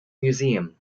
museum